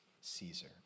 Caesar